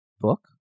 book